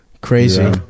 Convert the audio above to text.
Crazy